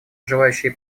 желающие